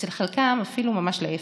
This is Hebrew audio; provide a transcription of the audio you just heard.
אצל חלקם אפילו ממש להפך.